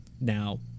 now